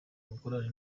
gukora